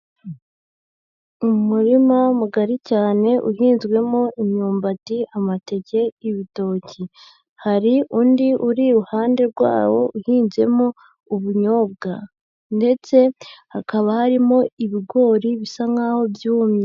Umurima mugari cyane uhinzwemo imyumbati, amateke, ibitoki, hari undi uri iruhande rwawo uhinzemo ubunyobwa ndetse hakaba harimo ibigori bisa nkaho byumye.